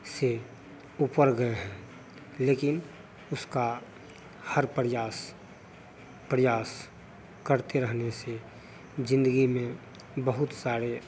से ऊपर गए हैं लेकिन उसका हर प्रयास प्रयास करते रहने से जिंदगी में बहुत सारे